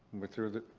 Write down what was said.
went through the.